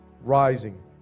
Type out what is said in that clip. rising